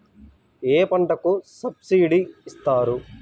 ఏ పంటకు సబ్సిడీ ఇస్తారు?